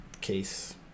case